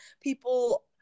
people